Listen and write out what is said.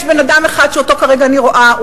יש בן-אדם שאותו כרגע אני רואה,